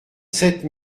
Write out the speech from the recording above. sept